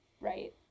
right